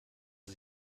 sie